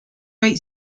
rate